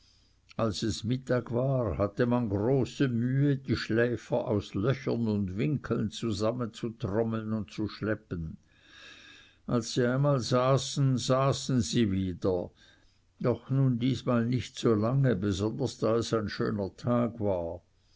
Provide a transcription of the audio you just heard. als es mittag war hatte man große mühe die schläfer aus löchern und winkeln zusammenzutrommeln und zuschleppen als sie mal saßen saßen sie wieder doch nun diesmal nicht so lange besonders da es ein schöner tag war